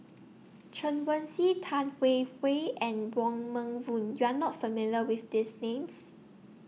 Chen Wen Hsi Tan Hwee Hwee and Wong Meng Voon YOU Are not familiar with These Names